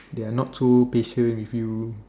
they are not so patient with you